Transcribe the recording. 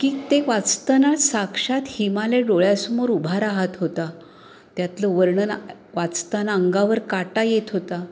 की ते वाचताना साक्षात हिमालय डोळ्यासमोर उभा राहत होता त्यातलं वर्णन वाचताना अंगावर काटा येत होता